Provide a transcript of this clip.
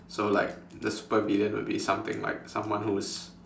so like the super villain will be something like someone who's